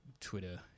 Twitter